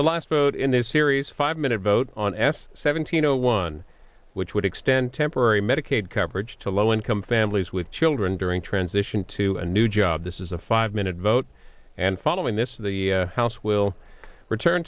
the last vote in a series five minute vote on s seventeen zero one which would extend temporary medicaid coverage to low income families with children during transition to a new job this is a five minute vote and following this the house will return